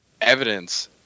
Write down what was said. evidence